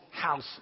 House